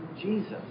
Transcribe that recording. Jesus